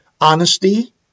honesty